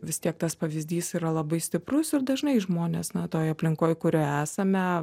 vis tiek tas pavyzdys yra labai stiprus ir dažnai žmonės na toj aplinkoj kurioje esame